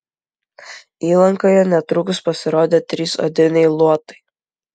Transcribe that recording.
įlankoje netrukus pasirodė trys odiniai luotai